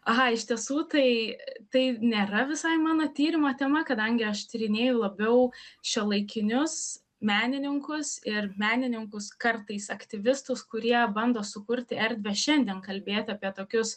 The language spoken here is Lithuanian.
aha iš tiesų tai tai nėra visai mano tyrimo tema kadangi aš tyrinėju labiau šiuolaikinius menininkus ir menininkus kartais aktyvistus kurie bando sukurti erdvę šiandien kalbėti apie tokius